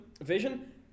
Vision